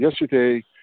Yesterday